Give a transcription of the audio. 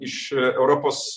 iš europos